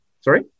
Sorry